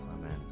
Amen